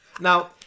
Now